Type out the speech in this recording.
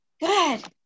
good